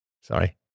Sorry